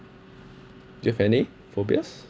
do you have any phobias